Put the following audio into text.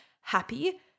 happy